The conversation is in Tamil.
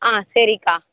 ஆ சரிக்கா